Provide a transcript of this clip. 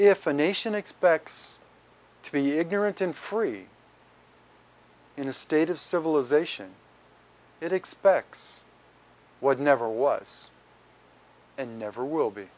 if a nation expects to be ignorant in free in a state of civilization it expects what never was and never will be